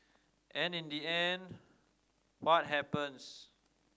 and in the end what happens